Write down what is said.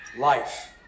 life